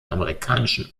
amerikanischen